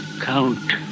Count